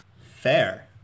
Fair